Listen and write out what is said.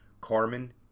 Carmen